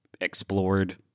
explored